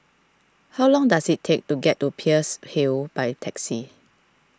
how long does it take to get to Peirce Hill by taxi